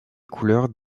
couleurs